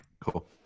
Cool